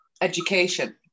education